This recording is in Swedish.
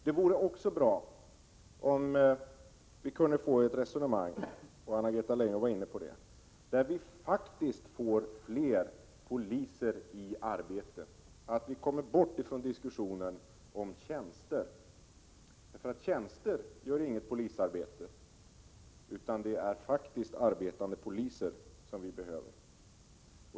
Det vore också bra om vi kunde få ett resonemang - Anna-Greta Leijon var inne på det — som innebär att vi faktiskt får fler poliser i arbete, att vi kommer bort från diskussionen om tjänster. Tjänster gör inte något polisarbete, det är arbetande poliser som vi behöver.